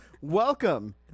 welcome